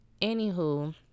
Anywho